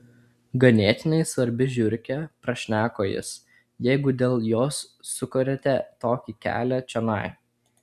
ganėtinai svarbi žiurkė prašneko jis jeigu dėl jos sukorėte tokį kelią čionai